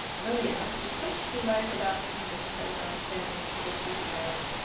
lilia must be pushed through life without bringing discredit on the family into which she had married.